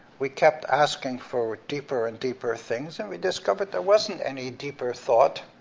we kept asking for deeper and deeper things, and we discovered there wasn't any deeper thought,